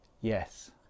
Yes